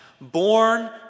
born